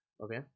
Okay